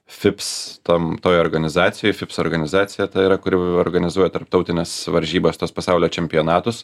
fips tam toj organizacijoj fips organizacija ta yra kuri organizuoja tarptautines varžybas tuos pasaulio čempionatus